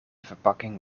verpakking